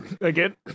Again